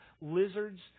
lizards